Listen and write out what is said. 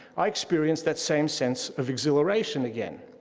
i experienced that same sense of exhilaration again.